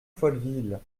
folleville